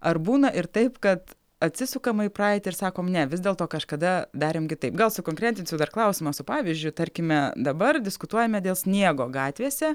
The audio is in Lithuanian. ar būna ir taip kad atsisukama į praeitį ir sakom ne vis dėlto kažkada darėm kitaip gal sukonkretinsiu dar klausimą su pavyzdžiu tarkime dabar diskutuojame dėl sniego gatvėse